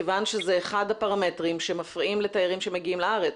כיוון שזה אחד הפרמטרים שמפריע לתיירים שמגיעים לארץ.